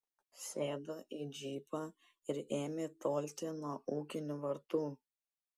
sėdo į džipą ir ėmė tolti nuo ūkinių vartų